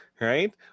right